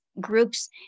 groups